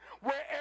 wherever